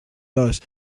dos